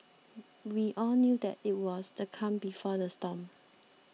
we all knew that it was the calm before the storm